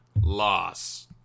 loss